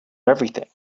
everything